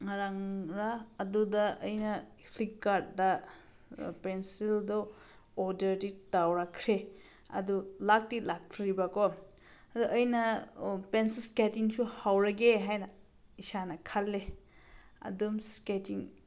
ꯉꯔꯥꯡꯔ ꯑꯗꯨꯗ ꯑꯩꯅ ꯐ꯭ꯂꯤꯞꯀꯥꯔꯠꯇ ꯄꯦꯟꯁꯤꯜꯗꯣ ꯑꯣꯗꯔꯗꯤ ꯇꯧꯔꯛꯈ꯭ꯔꯦ ꯑꯗꯨ ꯂꯥꯛꯇꯤ ꯂꯥꯛꯇ꯭ꯔꯤꯕꯀꯣ ꯑꯗꯣ ꯑꯩꯅ ꯄꯦꯟꯁꯤꯜ ꯏꯁꯀꯦꯠꯇꯤꯡꯁꯨ ꯍꯧꯔꯒꯦ ꯍꯥꯏꯅ ꯏꯁꯥꯅ ꯈꯜꯂꯦ ꯑꯗꯨꯝ ꯏꯁꯀꯦꯠꯇꯤꯡ